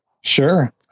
Sure